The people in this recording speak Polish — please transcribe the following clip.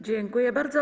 Dziękuję bardzo.